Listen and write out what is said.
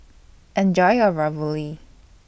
Enjoy your Ravioli